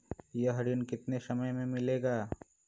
यह ऋण कितने समय मे मिलेगा?